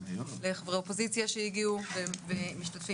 אני מודה לחברי האופוזיציה שהגיעו ומשתתפים